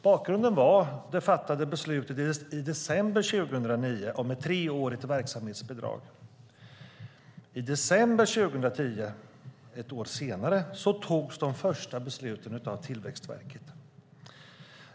Bakgrunden var det fattade beslutet i december 2009 om ett treårigt verksamhetsbidrag. I december 2010, ett år senare, togs de första besluten av Tillväxtverket.